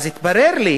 והתברר לי